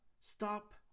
stop